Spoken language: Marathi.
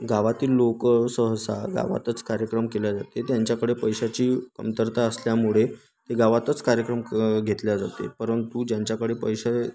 गावातील लोक सहसा गावातच कार्यक्रम केल्या जाते त्यांच्याकडे पैशाची कमतरता असल्यामुळे ते गावातच कार्यक्रम क घेतल्या जाते परंतु ज्यांच्याकडे पैसे